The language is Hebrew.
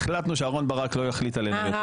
אנחנו החלטנו שאהרן ברק לא יחליט עלינו.